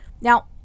Now